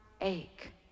ache